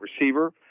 receiver